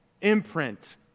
imprint